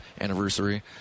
anniversary